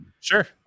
sure